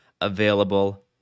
available